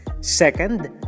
Second